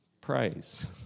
Praise